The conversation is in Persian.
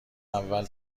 اول